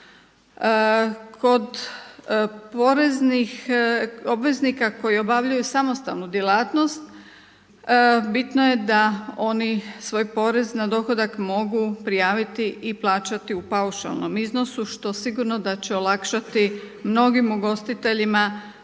obveznika koji obavljaju samostalnu djelatnost bitno je da oni svoj porez na dohodak mogu prijaviti i plaćati u paušalnom iznosu što sigurno da će olakšati mnogim ugostiteljima